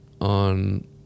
on